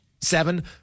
seven